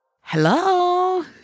Hello